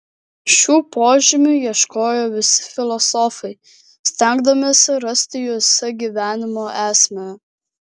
šių požymių ieškojo visi filosofai stengdamiesi rasti juose gyvenimo esmę